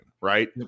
right